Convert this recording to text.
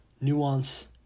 Nuance